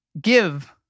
give